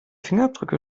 fingerabdrücke